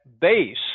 base